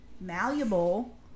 malleable